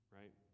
right